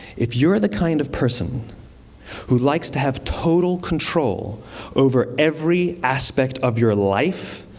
if you're the kind of person who likes to have total control over every aspect of your life,